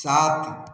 सात